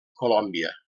colòmbia